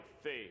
faith